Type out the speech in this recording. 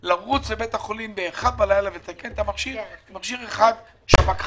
לבית חולים באמצע הלילה לתקן את המכשיר כי יש מכשיר אחד והוא שבק חיים.